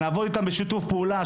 שנעבוד איתם בשיתוף פעולה.